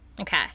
Okay